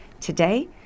Today